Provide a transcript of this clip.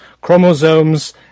chromosomes